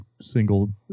single